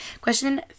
question